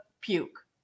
puke